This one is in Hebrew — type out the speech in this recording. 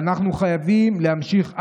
ואנחנו חייבים להמשיך הלאה,